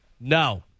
No